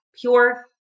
pure